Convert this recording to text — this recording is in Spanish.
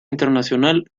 internacional